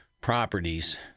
properties